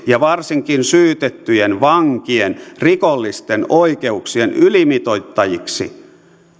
ja varsinkin syytettyjen vankien rikollisten oikeuksien ylimitoittajiksi